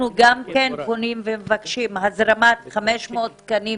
אנחנו מבקשים להוסיף 500 תקנים